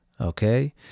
Okay